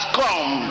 come